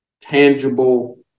tangible